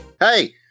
Hey